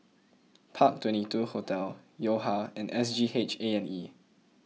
Park Twenty two Hotel Yo Ha and S G H A and E